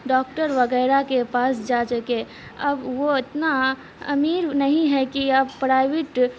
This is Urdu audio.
ڈاکٹر وغیرہ کے پاس جا چکے اب وہ اتنا امیر نہیں ہے کہ اب پرائیویٹ